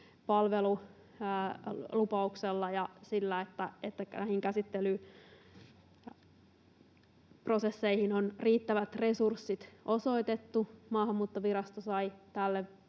palvelulupauksilla ja sillä, että näihin käsittelyprosesseihin on riittävät resurssit osoitettu — Maahanmuuttovirasto sai tälle